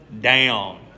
down